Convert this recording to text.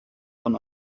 von